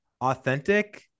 authentic